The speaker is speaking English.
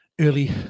early